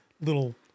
little